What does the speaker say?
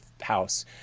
house